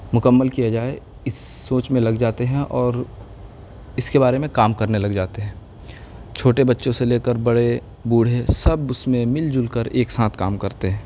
مکمل کیا جائے اس سوچ میں لگ جاتے ہیں اور اس کے بارے میں کام کرنے لگ جاتے ہیں چھوٹے بچوں سے لے کر بڑے بوڑھے سب اس میں مل جل کر ایک ساتھ کام کرتے ہیں